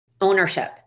ownership